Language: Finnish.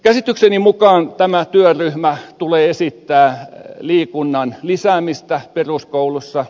käsitykseni mukaan tämä työryhmä tulee esittämään liikunnan lisäämistä peruskoulussa